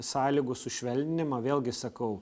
sąlygų sušvelninimą vėlgi sakau